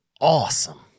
awesome